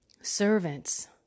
Servants